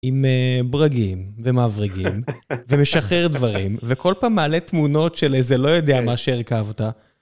עם ברגים ומברגים, ומשחרר דברים, וכל פעם מעלה תמונות של איזה לא יודע מה שהרכבת.